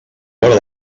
vora